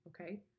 okay